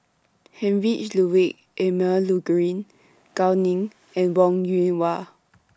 Heinrich Ludwig Emil Luering Gao Ning and Wong Yoon Wah